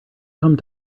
come